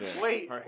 Wait